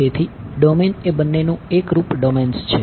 તેથી ડોમેન એ બંનેનું એકરૂપ ડોમેન્સ છે